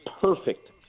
perfect